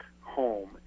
home